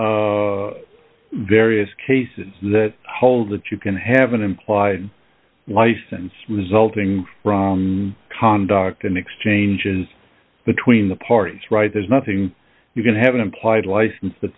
various cases that hold that you can have an implied license resulting from conduct and exchanges between the parties right there's nothing you can have an implied license